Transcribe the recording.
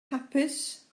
hapus